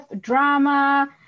drama